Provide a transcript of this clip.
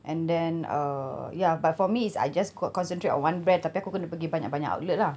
and then err ya but for me is I just co~ concentrate one brand tapi aku kena pergi banyak-banyak outlet lah